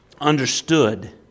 understood